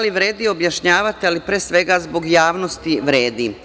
Da li vredi objašnjavati, ali, pre svega, zbog javnosti vredi.